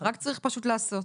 רק צריך פשוט לעשות.